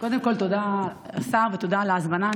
קודם כול תודה, השר, ותודה על ההזמנה.